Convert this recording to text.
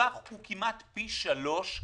המרווח הוא כמעט פי שלושה